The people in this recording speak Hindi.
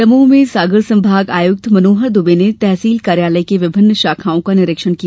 दमोह में सागर संभाग आयुक्त मनोहर दुबे ने तहसील कार्यालय की विभिन्न शाखाओं का निरीक्षण किया